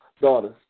daughters